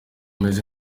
meze